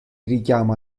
richiama